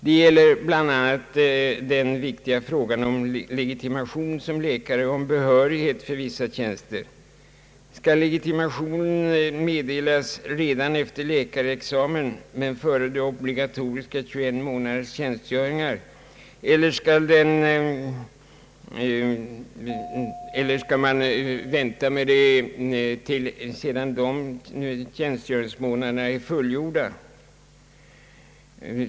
Det gäller bland annat den viktiga frågan om legitimation som läkare och behörighet för vissa tjänster. Skall legitimation meddelas redan efter läkarexamen men före obligatorisk 21 månaders tjänstgöring, eller skall man vänta med det tills dessa tjänstgöringsmånader är fullgjorda?